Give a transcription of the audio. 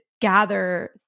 gather